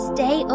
Stay